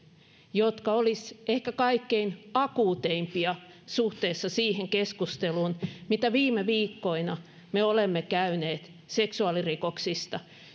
jotka olisivat ehkä kaikkein akuuteimpia suhteessa siihen keskusteluun jota viime viikkoina me olemme käyneet seksuaalirikoksista